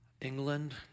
England